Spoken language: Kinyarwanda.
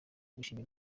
gushima